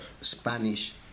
Spanish